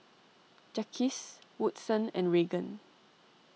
Jacques Woodson and Regan